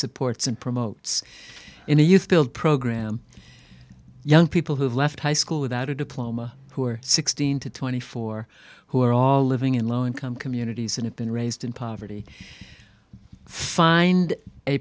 supports and promotes in the youth build program young people who have left high school without a diploma who are sixteen to twenty four who are all living in low income communities and have been raised in poverty find a